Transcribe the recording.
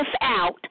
out